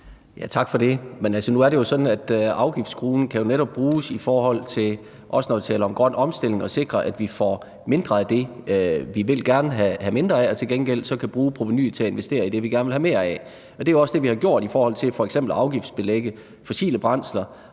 netop også kan bruges, når vi taler om grøn omstilling, til at sikre, at vi får mindre af det, som vi gerne vil have mindre af, og så til gengæld kan bruge provenuet til at investere i det, vi gerne vil have mere af. Det er også det, vi har gjort i forhold til f.eks. at afgiftsbelægge fossile brændsler.